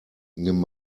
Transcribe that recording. nimm